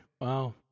Wow